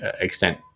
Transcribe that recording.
extent